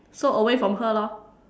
so away from her lor